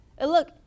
look